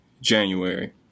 January